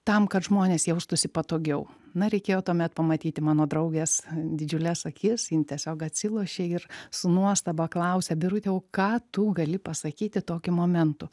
tam kad žmonės jaustųsi patogiau na reikėjo tuomet pamatyti mano draugės didžiules akis jin tiesiog atsilošė ir su nuostaba klausia birute o ką tu gali pasakyti tokiu momentu